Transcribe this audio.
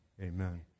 amen